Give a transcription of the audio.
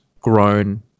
grown